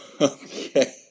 Okay